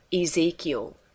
Ezekiel